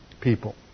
people